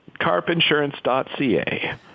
carpinsurance.ca